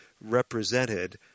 represented